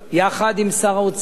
יחד עם שר האוצר,